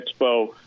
Expo